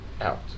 out